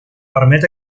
permet